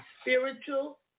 spiritual